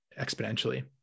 exponentially